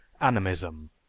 ANIMISM